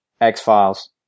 X-Files